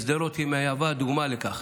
שדרות היא דוגמה לכך.